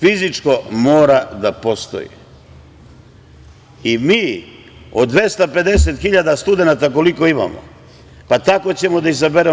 Fizičko mora da postoji i mi od 250 hiljada studenata, koliko imamo, pa kako ćemo da izaberemo…